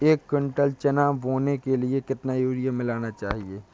एक कुंटल चना बोने के लिए कितना यूरिया मिलाना चाहिये?